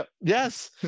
Yes